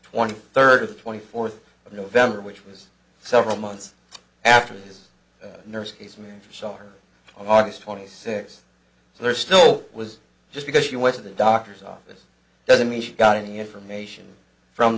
twenty third of the twenty fourth of november which was several months after his nurse case managers are on august twenty sixth so there still was just because she went to the doctor's office doesn't mean she got any information from